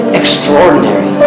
extraordinary